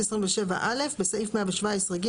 (27א) בסעיף 117(ג),